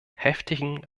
heftigen